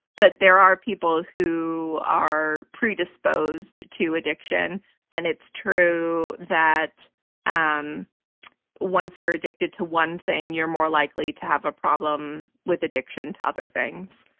but there are people who are predisposed to addiction and it's true that um once you're addicted to one thing, you're more likely to have a problem with addiction to other things.